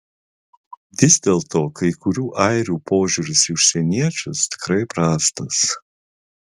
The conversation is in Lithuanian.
vis dėlto kai kurių airių požiūris į užsieniečius tikrai prastas